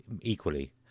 equally